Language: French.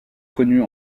connus